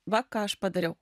va ką aš padariau